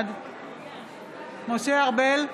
בעד משה ארבל,